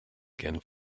again